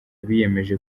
abiyemeje